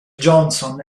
johnson